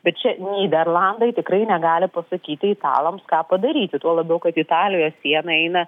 bet čia nyderlandai tikrai negali pasakyti italams ką padaryti tuo labiau kad italijoje siena eina